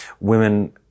Women